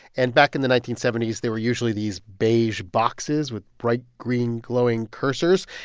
and back in the nineteen seventy s, they were usually these beige boxes with bright green glowing cursors.